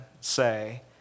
say